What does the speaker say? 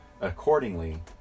Accordingly